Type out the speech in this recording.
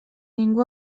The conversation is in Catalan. ningú